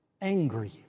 angry